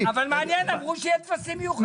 אמרו שיהיו טפסים מיוחדים.